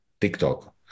TikTok